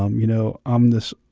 um you know, i'm this